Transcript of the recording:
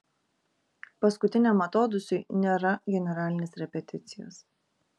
paskutiniam atodūsiui nėra generalinės repeticijos